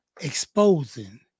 Exposing